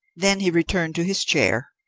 then he returned to his chair,